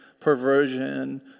perversion